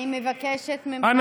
אני מבקשת ממך, חבר הכנסת.